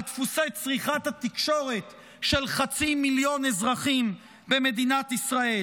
דפוסי צריכת התקשורת של חצי מיליון אזרחים במדינת ישראל?